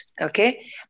Okay